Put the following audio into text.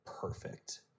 perfect